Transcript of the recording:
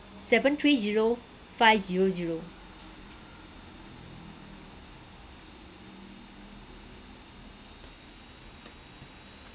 seven three zero five zero zero